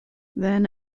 then